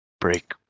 break